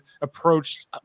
approached